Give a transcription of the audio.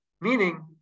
Meaning